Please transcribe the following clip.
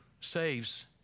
saves